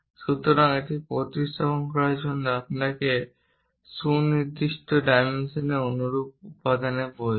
সুতরাং এটি প্রতিস্থাপন করার জন্য আপনাকে সুনির্দিষ্ট ডাইমেনশনের অনুরূপ উপাদানের প্রয়োজন